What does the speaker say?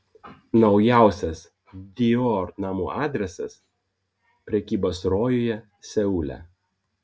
naujausias dior namų adresas prekybos rojuje seule